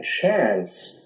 chance